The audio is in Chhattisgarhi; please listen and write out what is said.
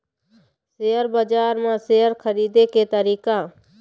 सेयर बजार म शेयर खरीदे के तरीका?